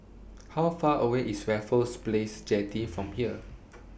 How Far away IS Raffles Place Jetty from here